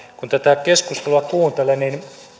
kun tätä keskustelua kuuntelee niin